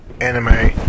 anime